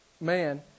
man